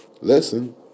listen